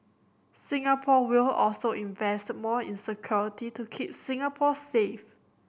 Singapore will also invest more in security to keep Singapore safe